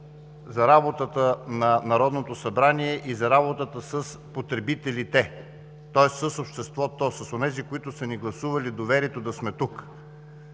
за работата на Народното събрание и за работата с потребителите, тоест с обществото – с онези, които са ни гласували доверието да сме тук.